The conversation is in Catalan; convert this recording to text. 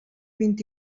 vint